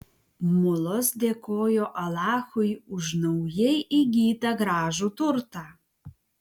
mulos dėkojo alachui už naujai įgytą gražų turtą